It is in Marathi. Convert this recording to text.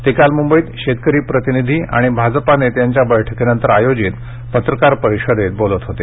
ते काल मुंबईत शेतकरी प्रतिनिधी आणि भाजप नेत्यांच्या बैठकीनंतर आयोजित पत्रकार परिषदेत बोलत होते